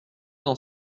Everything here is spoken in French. dans